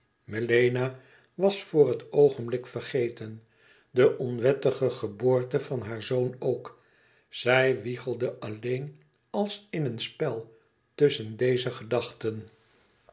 melena was voor het oogenblik vergeten de onwettige geboorte van haar zoon ook zij wiegelde alleen als in een spel tusschen deze gedachten